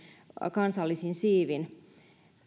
kansallisin siivin